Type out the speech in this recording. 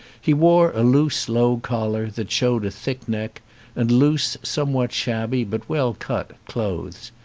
he wore a loose low collar that showed a thick neck and loose, somewhat shabby but well-cut clothes.